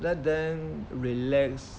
let them relax